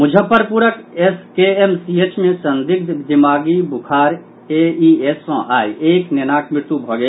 मुजफ्फरपुरक एसकेएमसीएच मे संदिग्ध दिमागी बुखार एईएस सँ आइ एक नेनाक मृत्यु भऽ गेल